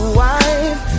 wife